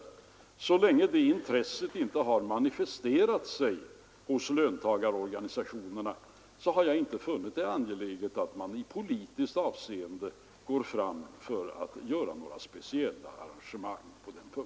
Så länge det intresset inte har manifesterat sig hos löntagarorganisationerna har jag inte funnit det angeläget att man i politiskt avseende går fram för att göra några speciella arrangemang på den punkten.